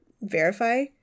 verify